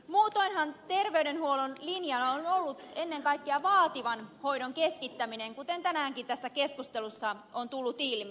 muutoinhan terveydenhuollon linjana on ollut ennen kaikkea vaativan hoidon keskittäminen kuten tänäänkin tässä keskustelussa on tullut ilmi